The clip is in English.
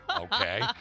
Okay